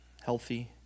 healthy